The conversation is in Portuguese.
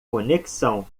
conexão